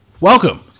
Welcome